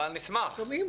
נמצאת איתנו בזום?